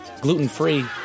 Gluten-free